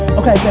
okay,